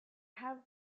have